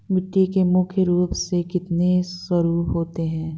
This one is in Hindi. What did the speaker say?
मिट्टी के मुख्य रूप से कितने स्वरूप होते हैं?